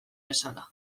bezala